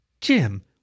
Jim